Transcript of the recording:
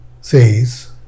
says